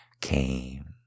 came